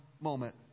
moment